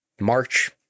March